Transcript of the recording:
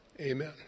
amen